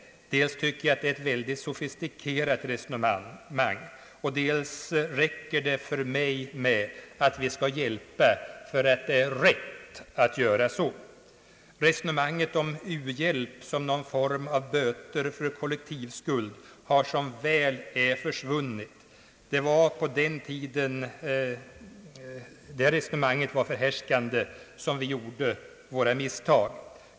Dels tycker jag att det är ett väldigt sofistikerat resonemang, dels räcker det för mig med att vi skall hjälpa därför att det är rätt att göra så. Resonemanget om u-hjälp som någon form av böter för kollektivskuld har, som väl är, försvunnit. Det var på den tiden det resonemanget var förhärskande som vi gjorde våra misstag.